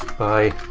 by.